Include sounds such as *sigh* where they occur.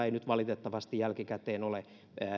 *unintelligible* ei nyt valitettavasti jälkikäteen ole